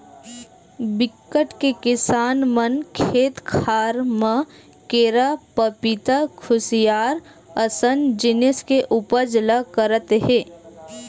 बिकट के किसान मन खेत खार म केरा, पपिता, खुसियार असन जिनिस के उपज ल करत हे